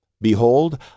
Behold